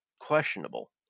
questionable